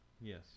Yes